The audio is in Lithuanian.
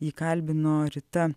jį kalbino rita